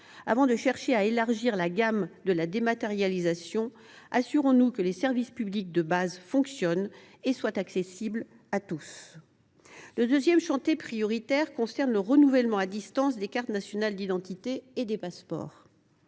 Avant de chercher à élargir la gamme de la dématérialisation, assurons nous que les services publics de base fonctionnent et sont accessibles à tous. Le deuxième chantier prioritaire concerne le renouvellement à distance des cartes nationales d’identité (CNI) et des passeports.